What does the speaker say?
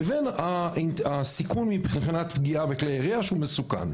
לבין הסיכון מבחינת פגיעה בכלי ירייה, שהוא מסוכן.